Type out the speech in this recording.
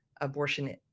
abortion